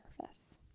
surface